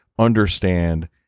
Understand